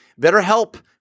BetterHelp